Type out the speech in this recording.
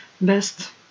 best